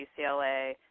UCLA